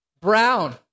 Brown